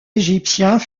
égyptiens